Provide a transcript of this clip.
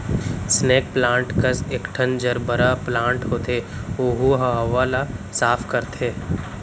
snake plant कस एकठन gerbera plant होथे ओहू ह हवा ल साफ करथे